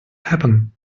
happen